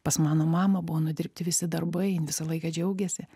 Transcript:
pas mano mamą buvo nudirbti visi darbai jin visą laiką džiaugėsi